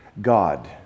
God